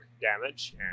damage